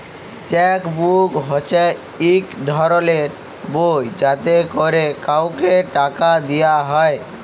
cheque book হছে ইক ধরলের বই যাতে ক্যরে কাউকে টাকা দিয়া হ্যয়